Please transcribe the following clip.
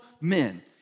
men